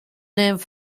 named